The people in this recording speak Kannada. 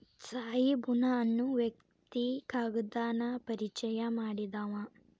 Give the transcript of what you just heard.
ತ್ಸಾಯಿ ಬುನಾ ಅನ್ನು ವ್ಯಕ್ತಿ ಕಾಗದಾನ ಪರಿಚಯಾ ಮಾಡಿದಾವ